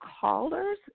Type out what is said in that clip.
callers